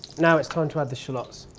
now it is time to add the shallots.